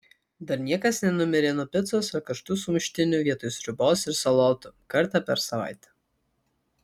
dar niekas nenumirė nuo picos ar karštų sumuštinių vietoj sriubos ir salotų kartą per savaitę